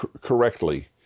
correctly